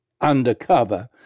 undercover